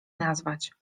nazwać